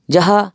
ᱡᱟᱦᱟᱸ